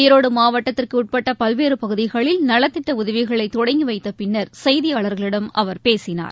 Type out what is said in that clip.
ஈரோடுமாவட்டத்திற்குஉட்பட்டபல்வேறுபகுதிகளில் நலத்திட்டஉதவிகளைதொடங்கிவைத்தபின்னர் செய்தியாளர்களிடம் அவர் பேசினார்